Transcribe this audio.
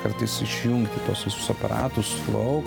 kartais išjungti tuos visus aparatus lauk